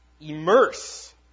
immerse